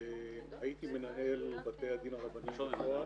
הייתי מנהל בתי הדין הרבניים בפועל,